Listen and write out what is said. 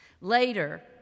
Later